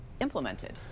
implemented